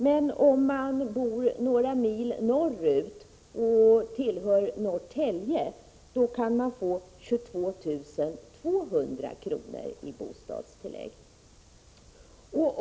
Men om man bor några mil norrut, och tillhör Norrtälje kommun, kan man få 22 200 kr. i bostadstillägg.